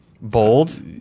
bold